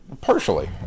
Partially